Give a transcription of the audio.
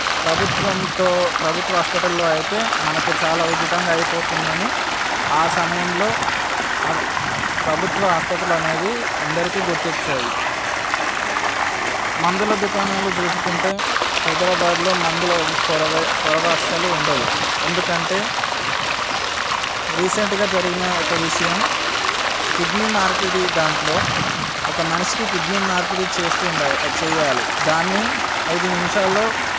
ప్రభుత్వంతో ప్రభుత్వ హాస్పిటల్లో అయితే మనకు చాలా ఉచితంగా అయిపోతుందని ఆ సమయంలో ప్రభుత్వ ఆసుపత్రులు అనేవి అందరికీ గుర్తొచ్చాయి మందుల దుకాణాలు చూసుకుంటే హైదరాబాద్లో మందులు మందుల కొరవే అసలు ఉండదు ఎందుకంటే రీసెంట్గా జరిగిన ఒక విషయం కిడ్నీ మార్పిడి దాంట్లో ఒక మనిషికి కిడ్నీ మార్పిడి చేస్తూ ఉండ చేయాలి దాన్ని ఐదు నిమిషాల్లో